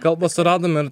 kalbą suradome